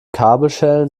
kabelschellen